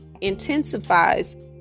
intensifies